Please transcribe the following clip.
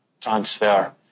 transfer